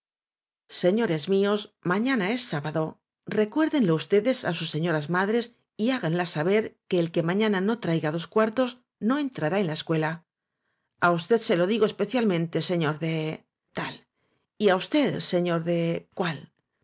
señores míos mañana es sábado recuér denlo ustedes á sus señoras madres y háganlas saber que el que mañana no traiga los dos cuartos no entrará en la escuela a usted se lo digo especialmente señor de tal y á usted señor de cual